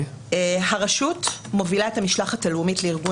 הרשות מובילה את המשלחת הלאומית לארגון